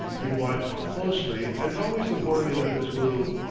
he watched closely and always the boiling of his glue,